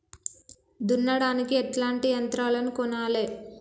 దున్నడానికి ఎట్లాంటి యంత్రాలను కొనాలే?